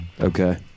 Okay